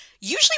usually